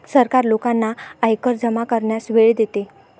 सरकार लोकांना आयकर जमा करण्यास वेळ देते